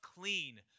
clean